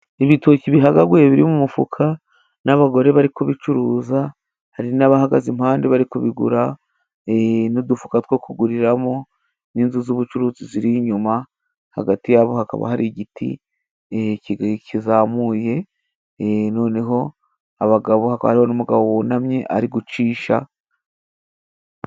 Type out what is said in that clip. Ibitoki bihagaguye biri mu mufuka n'abagore bari kubicuruza hari n'abahagaze impande bari kubigura, n'udufuka two kuguriramo, n'inzu z'ubucuruzi ziri inyuma, hagati yabo hakaba hari igiti kizamuye noneho abagabo hakaba hariho n'umugabo wunamye ari gucisha...